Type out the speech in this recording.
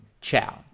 Ciao